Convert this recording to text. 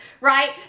right